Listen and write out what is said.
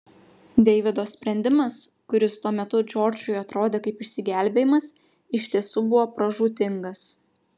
deivido sprendimas kuris tuo metu džordžui atrodė kaip išsigelbėjimas iš tiesų buvo pražūtingas